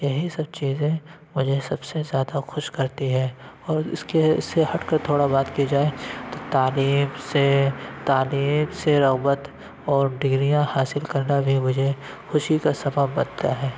یہی سب چیزیں مجھے سب سے زیادہ خوش کرتی ہے اور اس کے اس سے ہٹ کر تھوڑا بات کی جائے تو تعلیم سے تعلیم سے رغبت اور ڈگریاں حاصل کرنا بھی مجھے خوشی کا سبب بنتا ہے